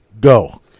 go